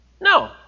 No